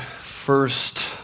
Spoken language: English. first